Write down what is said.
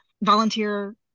volunteer